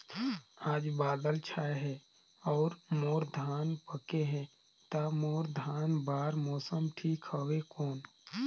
आज बादल छाय हे अउर मोर धान पके हे ता मोर धान बार मौसम ठीक हवय कौन?